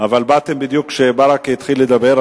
אבל באתם בדיוק כשברכה התחיל לדבר,